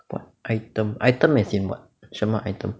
what item item as in what 什么 item